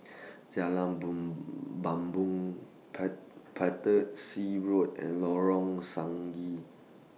Jalan Bumbong Road and Lorong Stangee